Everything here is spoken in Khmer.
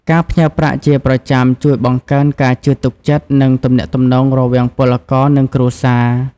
ការផ្ញើប្រាក់ជាប្រចាំជួយបង្កើនការជឿទុកចិត្ត និងទំនាក់ទំនងរវាងពលករ និងគ្រួសារ។